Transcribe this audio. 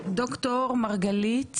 ד"ר מרגלית